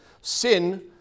sin